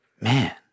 Man